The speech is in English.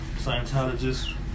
Scientologists